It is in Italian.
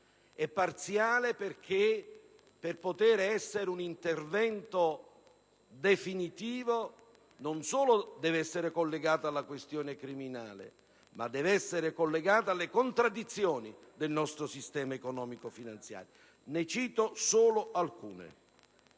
è parziale. E lo è perché per poter essere un intervento definitivo non deve soltanto essere collegato alla questione criminale, ma anche alle contraddizioni del nostro sistema economico‑finanziario. Ne cito solo alcune.